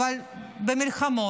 אבל הבן אדם מצליח ובגדול.